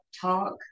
talk